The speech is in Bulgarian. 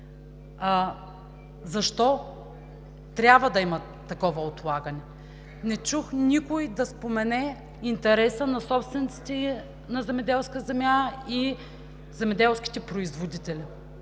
защо трябва да има такова отлагане? Не чух никой да спомене интереса на собствениците на земеделска земя и земеделските производители.